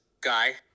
guy